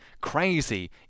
crazy